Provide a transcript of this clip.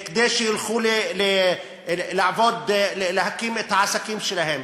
כדי שילכו להקים את העסקים שלהם.